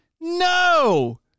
No